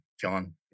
John